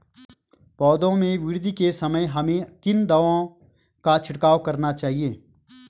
पौधों में वृद्धि के समय हमें किन दावों का छिड़काव करना चाहिए?